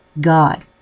God